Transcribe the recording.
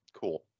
Cool